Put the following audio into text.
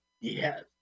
Yes